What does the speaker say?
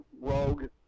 rogue